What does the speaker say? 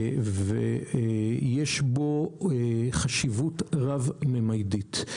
ויש בו חשיבות רב-ממדית.